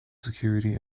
security